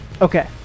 Okay